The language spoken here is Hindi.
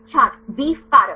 छात्र बी कारक